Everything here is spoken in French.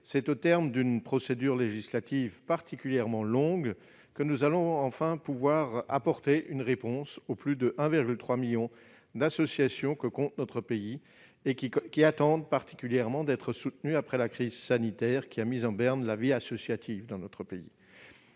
c'est au terme d'une procédure législative particulièrement longue que nous allons enfin pouvoir apporter une réponse aux plus de 1,3 million d'associations que compte notre pays ; ces structures attendent d'être soutenus, après la crise sanitaire qui a mis en berne la vie associative dans notre pays.